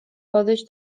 podejść